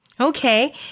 Okay